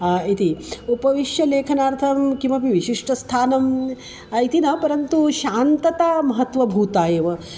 इति उपविश्यलेखनार्थं किमपि विशिष्टस्थानम् इति न परन्तु शान्तता महत्वभूता एव